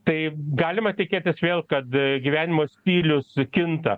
tai galima tikėtis vėl kad gyvenimo stilius kinta